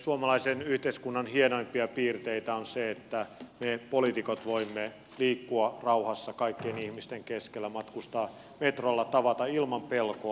suomalaisen yhteiskunnan hienoimpia piirteitä on se että me poliitikot voimme liikkua rauhassa kaikkien ihmisten keskellä matkustaa metrolla tavata ilman pelkoa